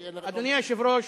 אדוני היושב-ראש,